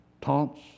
taunts